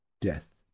death